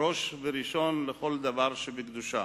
ראש וראשון בכל דבר שבקדושה.